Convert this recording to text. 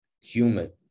human